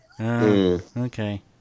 Okay